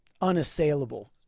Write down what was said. unassailable